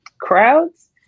crowds